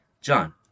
John